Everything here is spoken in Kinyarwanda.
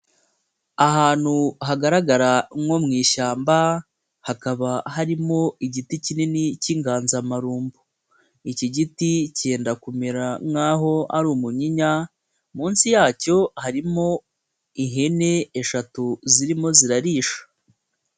Ahantu hagaragara nko mu ishyamba, hakaba harimo igiti kinini cy'inganzamarumbu. Iki giti kenda kumera nk'aho ari umunyinya, munsi yacyo harimo ihene eshatu zirimo zirarisha.